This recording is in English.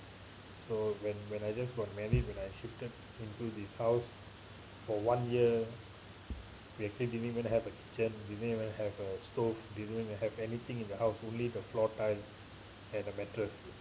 so when when I just got married when I shifted into this house for one year we actually didn't even have a kitchen we didn't even have a stove didn't have anything in the house only the floor tile and the mattress